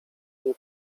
nie